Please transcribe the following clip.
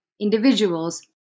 individuals